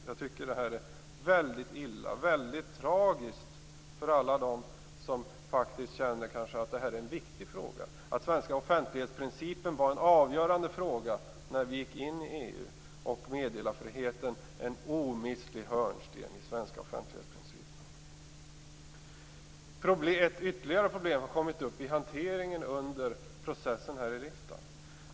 Jag tycker att detta är illa och väldigt tragiskt för alla dem som kanske känner att det här är viktigt, att den svenska offentlighetsprincipen var en avgörande fråga då vi gick in i EU och att meddelarfriheten var en omistlig hörnsten i den svenska offentlighetsprincipen. Ytterligare ett problem har uppkommit i samband med hanteringen under processen här i riksdagen.